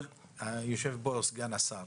יושב פה סגן השרה.